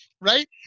Right